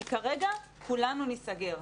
כי כרגע כולנו ניסגר,